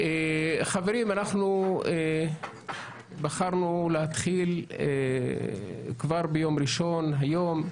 חברים, אנחנו בחרנו להתחיל כבר ביום ראשון, היום,